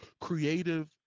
creative